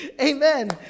Amen